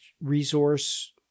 resource